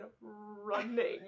running